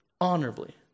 honorably